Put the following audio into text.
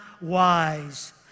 wise